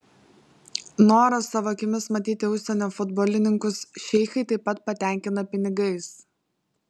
norą savo akimis matyti užsienio futbolininkus šeichai taip pat patenkina pinigais